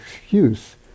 excuse